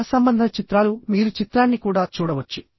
సహసంబంధ చిత్రాలుమీరు చిత్రాన్ని కూడా చూడవచ్చు